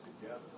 together